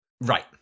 right